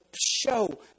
show